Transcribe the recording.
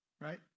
right